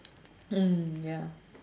mm ya